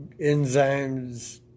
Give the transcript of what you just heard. enzymes